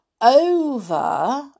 Over